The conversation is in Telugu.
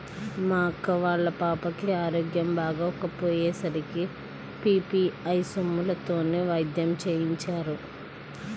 మా అక్క వాళ్ళ పాపకి ఆరోగ్యం బాగోకపొయ్యే సరికి పీ.పీ.ఐ సొమ్ములతోనే వైద్యం చేయించారు